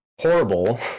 horrible